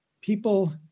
people